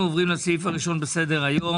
אנחנו עוברים לסעיף הראשון בסדר היום,